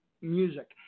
music